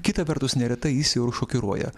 kita vertus neretai jis jau ir šokiruoja